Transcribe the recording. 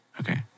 Okay